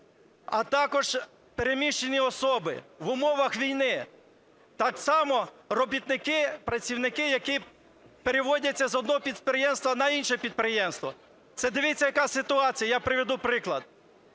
а також переміщені особи в умовах війни, так само робітники, працівники, які переводяться з одного підприємства на інше підприємство. Це, дивіться, яка ситуація, я приведу приклад.